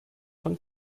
von